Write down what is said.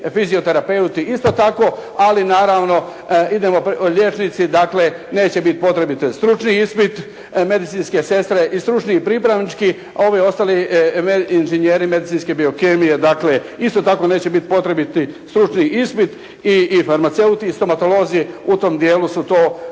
fizioterapeuti isto tako, ali naravno liječnici dakle, neće biti potreban stručni ispit, medicinske sestre i stručni pripravnički, a ovi ostali inženjeri medicinske biokemije dakle, isto tako neće biti potrebiti stručni ispit i farmaceuti i stomatolozi u tom dijelu su to mjerila